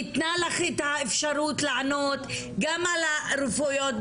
ניתנה לך את האפשרות לענות גם על הרפואיות,